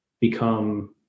become